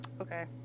Okay